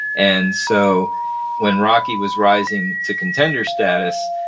and so when rocky was rising to contender status,